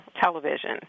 television